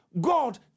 God